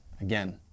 again